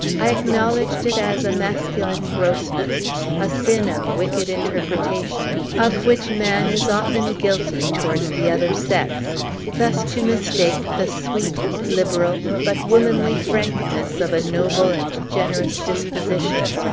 i acknowledged it as a masculine grossness a sin of wicked interpretation, of which man is often guilty towards the other sex thus to mistake the sweet, liberal, but womanly frankness of a noble and generous disposition.